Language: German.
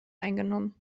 eingenommen